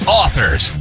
authors